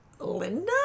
Linda